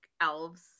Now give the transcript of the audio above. elves